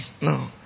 No